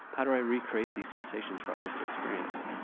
how do i recreate these sensations for others to experience?